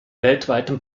weltweiten